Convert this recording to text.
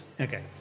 Okay